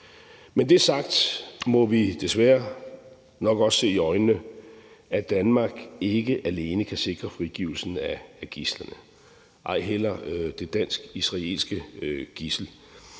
Med det sagt må vi desværre nok også se i øjnene, at Danmark ikke alene kan sikre frigivelsen af gidslerne, ej heller det dansk-israelske gidsel.